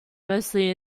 mostly